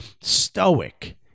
stoic